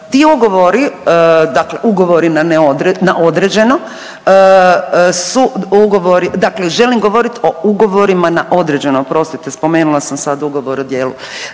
ti ugovori dakle ugovori na određeno su ugovori dakle želim govorit o ugovorima na određeno oprostite, spomenula sam ugovor o djelu.